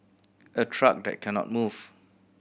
a truck that cannot move